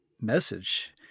message